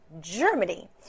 Germany